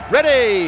Ready